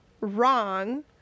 wrong